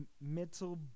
metal